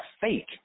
fake